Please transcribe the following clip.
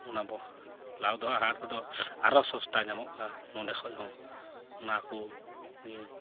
ᱚᱱᱟ ᱞᱟᱣᱫᱚᱦᱟ ᱦᱟᱴ ᱨᱮᱫᱚ ᱟᱨᱚ ᱥᱚᱥᱛᱟ ᱧᱟᱢᱚᱜᱼᱟ ᱱᱚᱰᱮ ᱠᱷᱚᱡ ᱦᱚᱸ ᱚᱱᱟ ᱠᱚ ᱱᱤᱭᱟᱹ